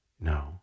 no